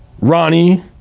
Ronnie